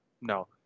No